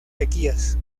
sequías